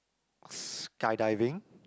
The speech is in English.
skydiving